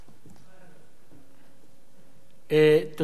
תודה, אדוני.